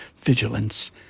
vigilance